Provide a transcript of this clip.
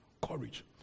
Courage